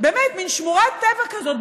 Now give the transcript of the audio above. באמת מין שמורת טבע כזאת,